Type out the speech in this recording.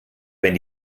wenn